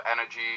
energy